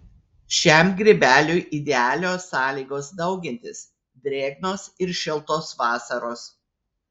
šiam grybeliui idealios sąlygos daugintis drėgnos ir šiltos vasaros